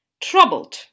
Troubled